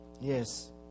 Yes